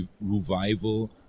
Revival